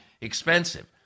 expensive